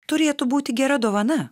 turėtų būti gera dovana